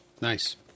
Nice